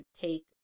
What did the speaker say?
take